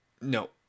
no